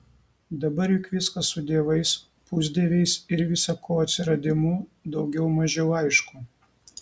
dabar juk viskas su dievais pusdieviais ir visa ko atsiradimu daugiau mažiau aišku